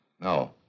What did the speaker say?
No